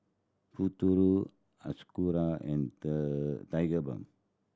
Futuro Hiruscar and Tigerbalm